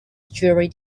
jewelry